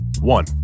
One